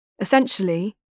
Essentially